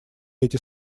эти